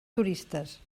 turistes